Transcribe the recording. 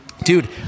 dude